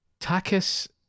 Takis